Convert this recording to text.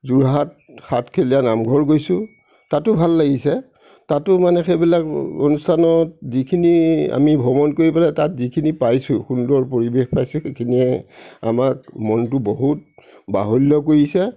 যোৰহাট আঠখেলীয়া নামঘৰ গৈছোঁ তাতো ভাল লাগিছে তাতো মানে সেইবিলাক অনুষ্ঠানত যিখিনি আমি ভ্ৰমণ কৰি পেলাই তাত যিখিনি পাইছো সুন্দৰ পৰিৱেশ পাইছোঁ সেইখিনিয়ে আমাক মনটো বহুত বাহুল্য কৰিছে